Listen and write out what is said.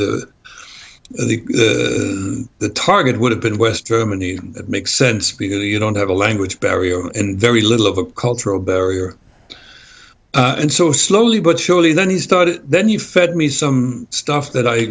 the the the target would have been west germany that makes sense because you don't have a language barrier and very little of a cultural barrier and so slowly but surely then he started then you fed me some stuff that i